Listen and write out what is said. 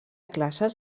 classes